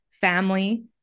family